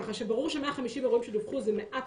כך שברור ש-150 אירועים שדווחו זה מעט